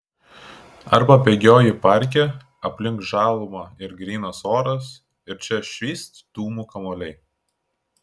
arba bėgioji parke aplink žaluma ir grynas oras ir čia švyst dūmų kamuoliai